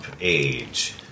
age